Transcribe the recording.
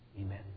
Amen